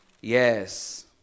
Yes